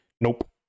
Nope